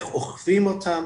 איך אוכפים אותם